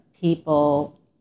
people